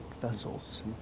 vessels